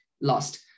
lost